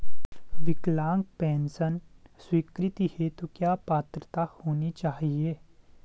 विकलांग पेंशन स्वीकृति हेतु क्या पात्रता होनी चाहिये?